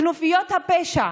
כנופיות הפשע,